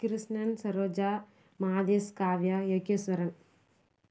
Krishnan Saroja Madhesh Kavya Yogeshwaran